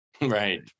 Right